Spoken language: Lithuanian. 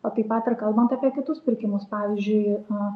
o taip pat ir kalbant apie kitus pirkimus pavyzdžiui